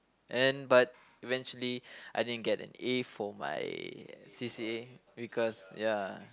and but eventually I didn't get an A for my c_c_a because ya